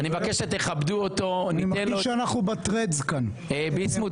אני רוצה שאתה תשאל אותה מי הרביץ לה בתחנת דלק.